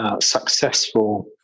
successful